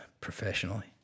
professionally